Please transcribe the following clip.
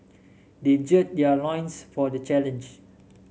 they gird their loins for the challenge